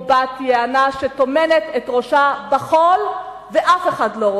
בת-יענה שטומנת את ראשה בחול ואף אחד לא רואה.